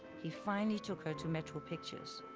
he finally took her to metro pictures.